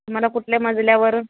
तुम्हाला कुठल्या मजल्यावर